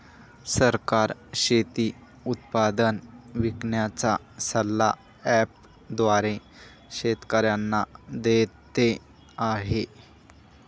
सरकार शेती उत्पादन विकण्याचा सल्ला ॲप द्वारे शेतकऱ्यांना देते आहे